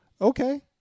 okay